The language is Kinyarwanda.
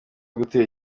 gutera